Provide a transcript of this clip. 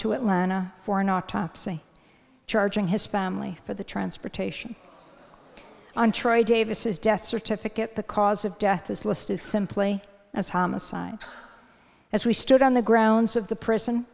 to atlanta for an autopsy charging his spam lee for the transportation on troy davis death certificate the cause of death is listed simply as homicide as we stood on the grounds of the prison